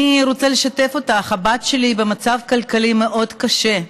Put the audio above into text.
אני רוצה לשתף אותך, הבת שלי במצב כלכלי מאוד קשה,